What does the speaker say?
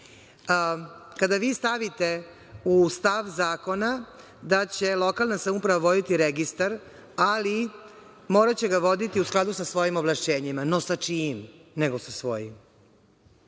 Kada vi stavite u stav zakona da će lokalna samouprava voditi registar, ali moraće ga voditi u skladu sa svojim ovlašćenjima. No sa čime, nego sa svojim?